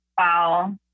Wow